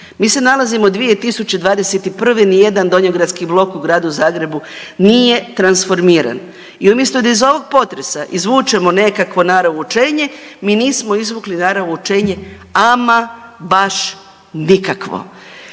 mi se nalazimo u 2021., nijedan donjogradski blok u Gradu Zagrebu nije transformiran i umjesto da iz ovog potresa izvučemo nekakvo nara vučenje mi nismo izvukli nara vučenje ama baš nikakvo.